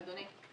אדוני,